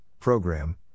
Program